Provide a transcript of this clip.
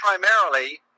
primarily